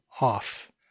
off